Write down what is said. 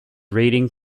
rating